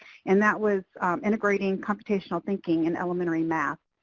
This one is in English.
and that was integrating computational thinking in elementary math.